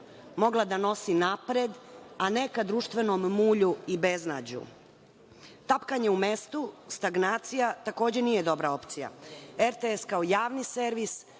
mogla da nosi napred, a ne ka društvenom mulju i beznađu. Tapkanje u mestu, stagnacija, takođe nije dobra opcija. Rado-televizija